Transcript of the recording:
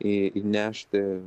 į įnešti